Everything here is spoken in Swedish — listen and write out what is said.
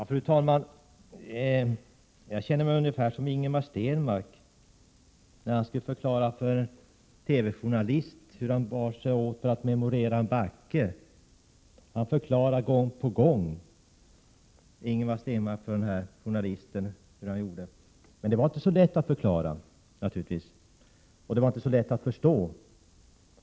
Fru talman! Jag känner mig ungefär som Ingemar Stenmark när han skulle tala om för en TV-journalist hur han bar sig åt för att memorera en backe. Ingemar Stenmark förklarade gång på gång för journalisten hur han gjorde. Men det var naturligtvis inte så lätt att förklara, och inte så lätt att förstå heller.